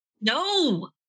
No